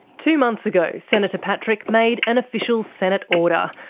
two months ago senator patrick made an official senate order,